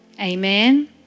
Amen